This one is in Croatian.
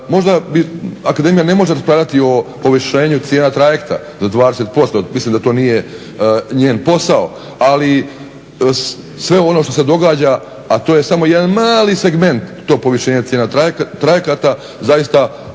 Možda bi, Akademija ne može raspravljati o povišenju cijena trajekta za 20%. Mislim da to nije njen posao. Ali sve ono što se događa, a to je samo jedan mali segment tog povišenja cijena trajekata zaista